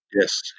Yes